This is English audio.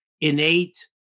innate